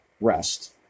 rest